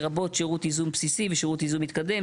לרבות שירות ייזום בסיסי ושירות ייזום מתקדם,